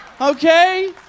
Okay